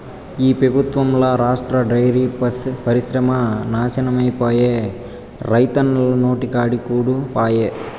ఈ పెబుత్వంల రాష్ట్ర డైరీ పరిశ్రమ నాశనమైపాయే, రైతన్నల నోటికాడి కూడు పాయె